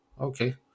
okay